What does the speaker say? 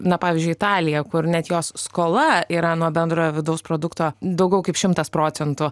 na pavyzdžiui italija kur net jos skola yra nuo bendrojo vidaus produkto daugiau kaip šimtas procentų